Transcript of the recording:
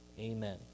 Amen